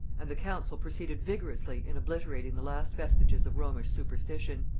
and the council proceeded vigorously in obliterating the last vestiges of romish superstition.